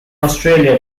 australia